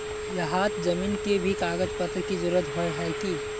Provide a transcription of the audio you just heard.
यहात जमीन के भी कागज पत्र की जरूरत होय है की?